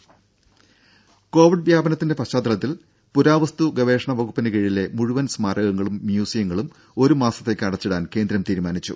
രുര കോവിഡ് വ്യാപനത്തിന്റെ പശ്ചാത്തലത്തിൽ പുരാവസ്തു ഗവേഷണ വകുപ്പിന് കീഴിലെ മുഴുവൻ സ്മാരകങ്ങളും മ്യൂസിയങ്ങളും ഒരു മാസത്തേക്ക് അടച്ചിടാൻ കേന്ദ്രം തീരുമാനിച്ചു